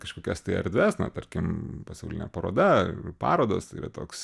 kažkokias tai erdves na tarkim pasaulinė paroda parodos yra toks